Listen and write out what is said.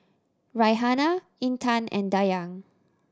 Raihana Intan and Dayang